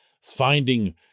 finding